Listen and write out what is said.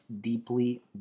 deeply